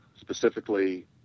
specifically